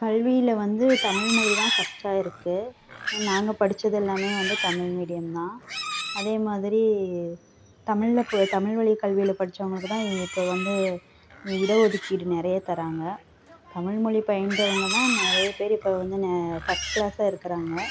கல்வியில் வந்து தமிழ் மொழிதான் ஃபஸ்ட்டாக இருக்கு நாங்கள் படிச்சது எல்லாம் வந்து தமிழ் மீடியம் தான் அதே மாதிரி தமிழில் இப்போ தமிழ் வழி கல்வியில் படிச்சவங்களுக்கு தான் இப்போ வந்து இட ஒதுக்கீடு நிறைய தராங்க தமிழ் மொழி பயின்றவங்க தான் நிறைய பேர் இப்போ வந்து ஃபர்ஸ்ட் க்ளாஸாக இருக்கிறாங்க